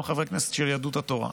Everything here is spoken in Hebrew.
גם לחברי הכנסת של יהדות התורה.